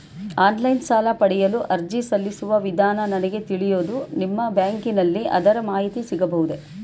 Online ಸಾಲ ಪಡೆಯಲು ಅರ್ಜಿ ಸಲ್ಲಿಸುವ ವಿಧಾನ ನನಗೆ ತಿಳಿಯದು ನಿಮ್ಮ ಬ್ಯಾಂಕಿನಲ್ಲಿ ಅದರ ಮಾಹಿತಿ ಸಿಗಬಹುದೇ?